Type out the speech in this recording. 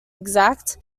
exact